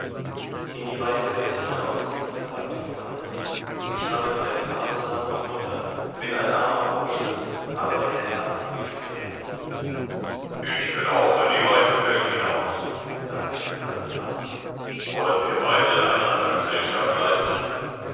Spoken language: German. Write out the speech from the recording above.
in die weite welt hinaus sagte johannes ich habe weder vater noch mutter bin ein armer bursche aber der herr hilft mir wohl ich will auch in die weite welt hinaus sagte der fremde mann wollen wir beide einander gesellschaft leisten